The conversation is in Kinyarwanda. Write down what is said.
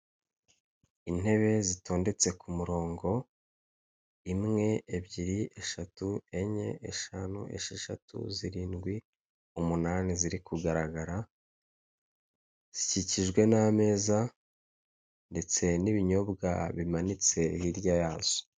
Umugabo wambaye ishati y'umweru, imbere ye hari mudasobwa ifite ibara ry'umukara n'umweru, muri iyo mudasobwa ari gutunga urutoki kuri serivisi zo ku irembo, ndetse hari n'ahandi harimo watsapu, ahandi harimo ibindi bintu bitandukanye.